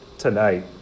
Tonight